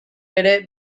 ere